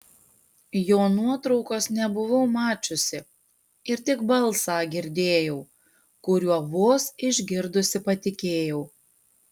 jo nuotraukos nebuvau mačiusi ir tik balsą girdėjau kuriuo vos išgirdusi patikėjau